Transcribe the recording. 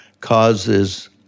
causes